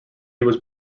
was